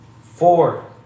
Four